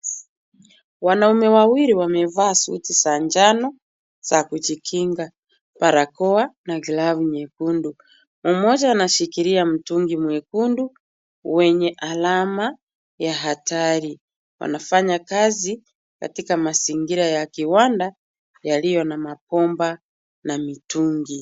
Wanaume wawili wamevaa suti za njano za kujikinga, barakoa na glavu nyekundu. Mmoja anashikilia mtungi mwekundu wenye alama ya hatari. Wanafanya kazi katika mazingira ya kiwanda yaliyo na mapomba na mitungi.